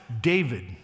David